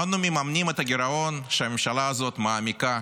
אנו מממנים את הגירעון שהממשלה הזאת מעמיקה,